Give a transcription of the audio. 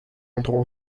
endroits